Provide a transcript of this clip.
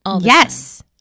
Yes